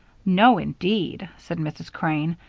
no, indeed, said mrs. crane,